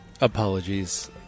Apologies